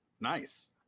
Nice